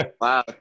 Wow